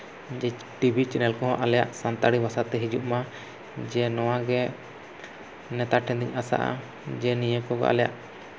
ᱡᱮ TV channel ᱠᱚᱦᱚᱸ ᱟᱞᱮᱭᱟᱜ ᱥᱟᱱᱛᱟᱲᱤ ᱪᱮᱱᱮᱞ ᱛᱮ ᱦᱤᱡᱩᱜ ᱢᱟ ᱡᱮ ᱱᱚᱣᱟᱜᱮ ᱱᱮᱛᱟ ᱴᱷᱮᱱᱤᱧ ᱟᱥᱟᱜᱼᱟ ᱡᱮ ᱱᱤᱭᱟᱹ ᱠᱚ ᱟᱞᱮᱭᱟᱜ